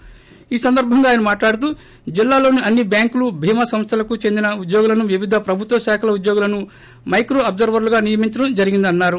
ే ఈ సందర్బంగా ఆయన్ మాట్లాడుతూ జిల్లాలోని అన్ని బ్యాంకులు బీమా సంస్థలకు చెందిన ఉద్యోగులను వివిధ ప్రభుత్వ శాఖల ఉద్యోగులను మైక్రో తెల్లర్వర్లుగా నియమించడం జరిగిందన్నారు